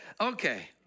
Okay